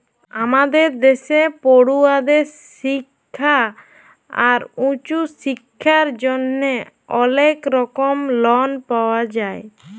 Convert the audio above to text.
আমাদের দ্যাশে পড়ুয়াদের শিক্খা আর উঁচু শিক্খার জ্যনহে অলেক রকম লন পাওয়া যায়